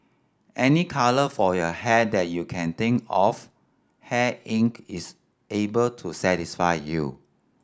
any colour for your hair that you can think of Hair Inc is able to satisfy you